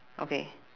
okay